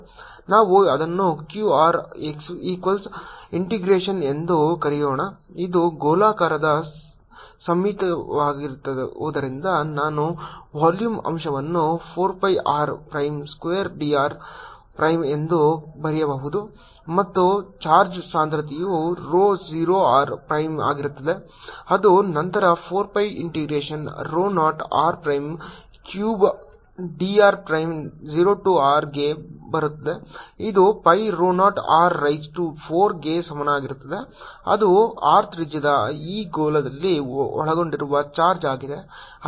ನಾವು ಅದನ್ನು q r equals integration ಎಂದು ಕರೆಯೋಣ ಇದು ಗೋಲಾಕಾರದ ಸಮ್ಮಿತೀಯವಾಗಿರುವುದರಿಂದ ನಾನು ವಾಲ್ಯೂಮ್ ಅಂಶವನ್ನು 4 pi r prime square dr prime ಎಂದು ಬರೆಯಬಹುದು ಮತ್ತು ಚಾರ್ಜ್ ಸಾಂದ್ರತೆಯು rho 0 r ಪ್ರೈಮ್ ಆಗಿರುತ್ತದೆ ಅದು ನಂತರ 4 pi integration rho 0 r prime cubed dr prime 0 to r ಗೆ ಬರುತ್ತದೆ ಇದು pi rho 0 r rise to 4 ಗೆ ಸಮನಾಗಿರುತ್ತದೆ ಅದು r ತ್ರಿಜ್ಯದ ಈ ಗೋಳದಲ್ಲಿ ಒಳಗೊಂಡಿರುವ ಚಾರ್ಜ್ ಆಗಿದೆ